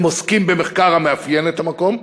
הם עוסקים במחקר המאפיין את המקום,